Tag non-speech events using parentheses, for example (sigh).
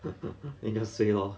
(laughs) then just suay or